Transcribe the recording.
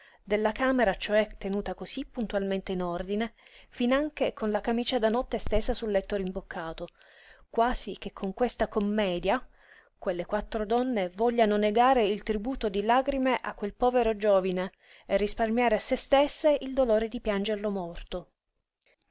della camera cioè tenuta cosí puntualmente in ordine finanche con la camicia da notte stesa sul letto rimboccato quasi che con questa commedia quelle quattro donne vogliano negare il tributo di lagrime a quel povero giovine e risparmiare a se stesse il dolore di piangerlo morto